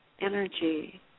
energy